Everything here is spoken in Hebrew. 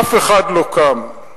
אף אחד לא קם.